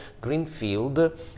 Greenfield